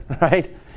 right